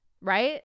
right